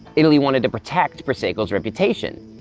italy wanted to protect prosecco's reputation.